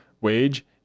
wage